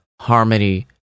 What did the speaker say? Harmony